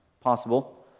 Possible